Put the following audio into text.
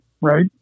right